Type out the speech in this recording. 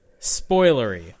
spoilery